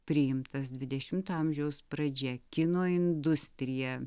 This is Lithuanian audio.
priimtas dvidešimto amžiaus pradžia kino industrija